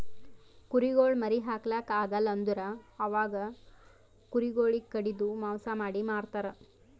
ಕುರಿಗೊಳ್ ಮರಿ ಹಾಕ್ಲಾಕ್ ಆಗಲ್ ಅಂದುರ್ ಅವಾಗ ಕುರಿ ಗೊಳಿಗ್ ಕಡಿದು ಮಾಂಸ ಮಾಡಿ ಮಾರ್ತರ್